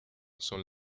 son